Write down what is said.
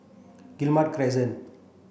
Guillemard Crescent